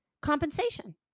compensation